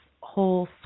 whole